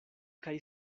kaj